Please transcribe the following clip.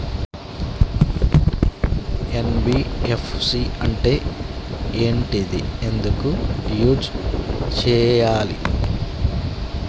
NBFC అంటే ఏంటిది ఎందుకు యూజ్ చేయాలి?